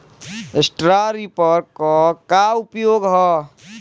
Straw reaper क का उपयोग ह?